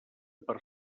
per